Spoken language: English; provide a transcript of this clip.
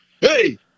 Hey